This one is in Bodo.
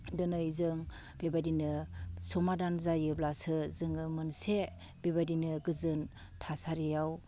दिनै जों बेबायदिनो समाधान जायोब्लासो जोङो मोनसे बेबायदिनो गोजोन थासारियाव